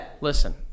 Listen